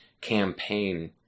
campaign